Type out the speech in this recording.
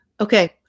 okay